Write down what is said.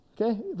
okay